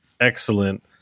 excellent